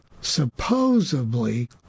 supposedly